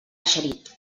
eixerit